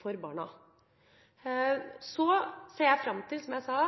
for barna. Jeg ser fram til – som jeg sa